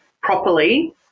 properly